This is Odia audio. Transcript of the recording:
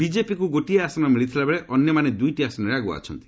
ବିଜେପିକୁ ଗୋଟିଏ ଆସନ ମିଳିଥିବାବେଳେ ଅନ୍ୟମାନେ ଦୁଇଟି ଆସନରେ ଆଗୁଆ ଅଛନ୍ତି